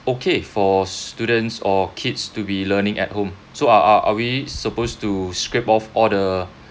okay for students or kids to be learning at home so are are we supposed to scrape off all the